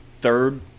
third